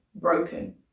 broken